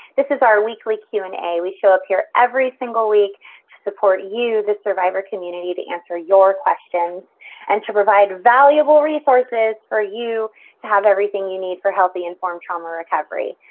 this is our weekly q and a. we show up here every single week to support you, the survivor community, to answer your questions and to provide valuable resources for you to have everything you need for healthy informed trauma recovery.